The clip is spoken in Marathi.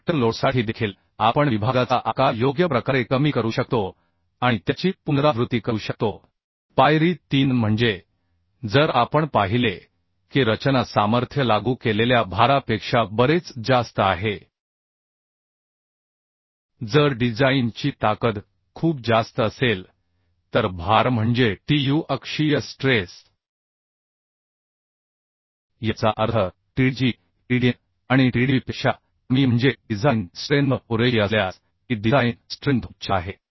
फॅक्टर लोडसाठी देखील आपण विभागाचा आकार योग्य प्रकारे कमी करू शकतो आणि त्याची पुनरावृत्ती करू शकतो पायरी 3 म्हणजे जर आपण पाहिले की रचना सामर्थ्य लागू केलेल्या भारापेक्षा बरेच जास्त आहे जर design ची ताकद खूप जास्त असेल तर भार म्हणजे Tu अक्षीय stress याचा अर्थ TDG TDN आणि TDVपेक्षा कमी म्हणजे डिझाइन स्ट्रेंथ पुरेशी असल्यास ती डिझाइन स्ट्रेंथ उच्च आहे